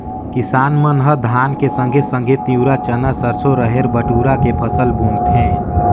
किसाप मन ह धान के संघे संघे तिंवरा, चना, सरसो, रहेर, बटुरा के फसल बुनथें